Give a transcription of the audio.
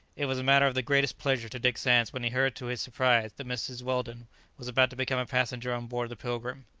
it was a matter of the greatest pleasure to dick sands when he heard to his surprise that mrs. weldon was about to become a passenger on board the pilgrim.